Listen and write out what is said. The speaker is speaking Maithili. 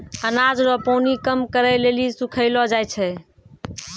अनाज रो पानी कम करै लेली सुखैलो जाय छै